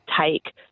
take